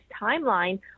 timeline